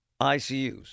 ICUs